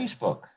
Facebook